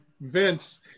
Vince